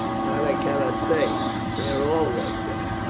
that i cannot say they are all like that.